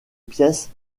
pièces